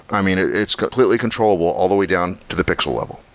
i mean, it's completely controllable all the way down to the pixel level.